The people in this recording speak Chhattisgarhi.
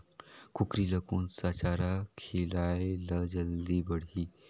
कूकरी ल कोन सा चारा खिलाय ल जल्दी बाड़ही?